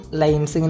lines